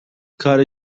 کار